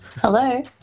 Hello